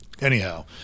anyhow